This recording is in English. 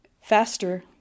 faster